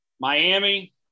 Miami